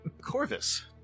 Corvus